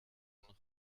noch